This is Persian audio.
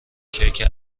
کیک